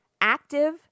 active